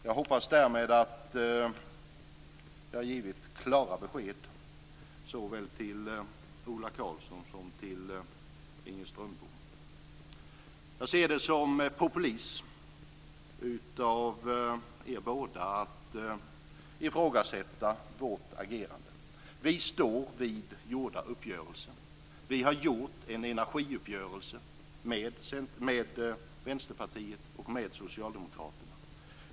Jag hoppas därmed att jag har givit klara besked såväl till Ola Karlsson som till Inger Strömbom. Jag ser det som populism att de båda ifrågasätter vårt agerande. Vi står fast vid gjorda uppgörelser. Vi har träffat en energiuppgörelse med Vänsterpartiet och Socialdemokraterna.